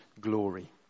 glory